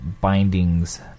bindings